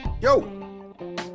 Yo